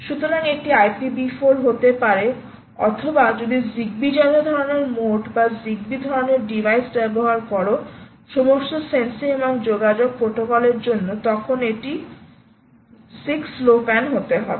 সুতরাং এটি IPv4 হতে পারে অথবা যদি Zigbee জাতীয় ধরণের মোড বা zigbee ধরণের ডিভাইস ব্যবহার করেন সমস্ত সেন্সিং এবং যোগাযোগ প্রোটোকলের জন্য তখন এটি 6 লো প্যান হতে হবে